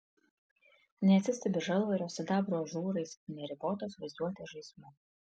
neatsistebi žalvario sidabro ažūrais neribotos vaizduotės žaismu